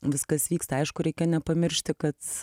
viskas vyksta aišku reikia nepamiršti kad